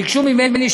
ביקשו ממני,